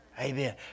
Amen